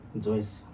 Joyce